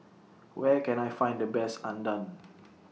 Where Can I Find The Best Udon